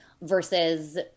versus